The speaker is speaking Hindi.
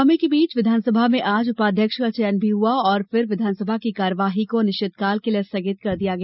हंगामें के बीच विधानसभा में आज उपाध्यक्ष का चयन भी हुआ और फिर विधानसभा की कार्यवाही को अनिश्चितकाल के लिये स्थगित कर दिया गया